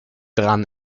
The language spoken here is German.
dran